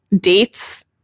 dates